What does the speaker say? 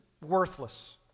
worthless